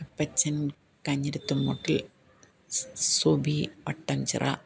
അപ്പച്ചന് കാഞ്ഞിരത്തുമ്മൂട്ടില് സ് സുബി വട്ടഞ്ചിറ